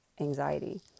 anxiety